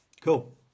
Cool